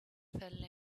fell